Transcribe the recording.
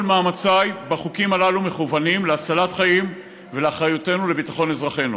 כל מאמציי בחוקים הללו מכוונים להצלת חיים ולאחריותנו לביטחון אזרחינו.